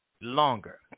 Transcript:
longer